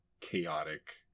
chaotic